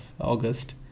August